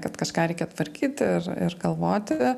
kad kažką reikia tvarkyt ir ir galvoti